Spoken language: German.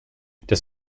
des